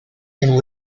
and